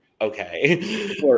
okay